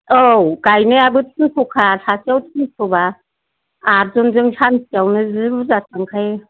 औ गायनायाबो थिनस'खा सासेआव थिन'सबा आथजनजों सानसेआवनो जि बुरजा थांखायो